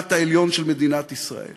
בית-המשפט העליון של מדינת ישראל,